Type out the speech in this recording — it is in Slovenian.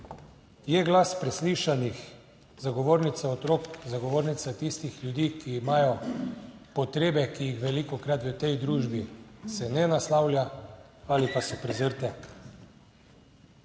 Je glas preslišanih, zagovornica otrok, zagovornica tistih ljudi, ki imajo potrebe, ki jih velikokrat v tej družbi se ne naslavlja ali pa so prezrte.